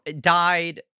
died